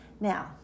Now